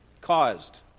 caused